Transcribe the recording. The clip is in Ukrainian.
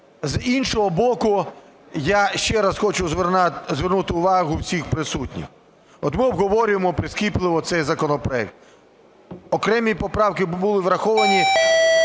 з іншого боку, я ще раз хочу звернути увагу всіх присутніх. От ми обговорюємо прискіпливо цей законопроект, окремі поправки були враховані,